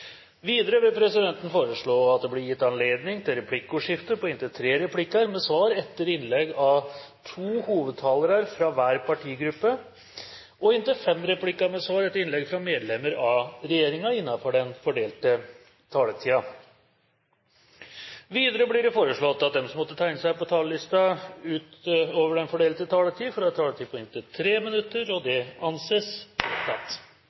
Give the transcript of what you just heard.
Videre vil presidenten foreslå at det blir gitt anledning til replikkordskifte på inntil tre replikker med svar etter innlegg av to hovedtalere fra hver partigruppe og inntil fem replikker med svar etter innlegg fra medlemmer av regjeringen innenfor den fordelte taletid. Videre blir det foreslått at de som måtte tegne seg på talerlisten utover den fordelte taletid, får en taletid på inntil 3 minutter. – Det anses vedtatt.